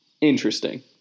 Interesting